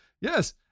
yes